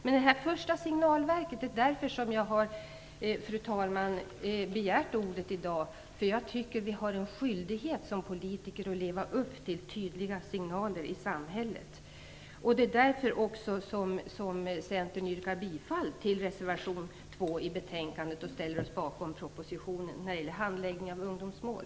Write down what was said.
Jag tycker att vi politiker har en skyldighet att ge tydliga signaler i samhället och leva upp till dem. Det är därför som jag har begärt ordet, och det är därför som vi i Centern yrkar bifall till reservation 2 i betänkandet och ställer oss bakom propositionen när det gäller handläggningen av ungdomsmål.